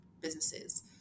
businesses